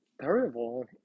terrible